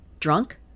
Drunk